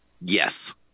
Yes